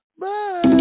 Bye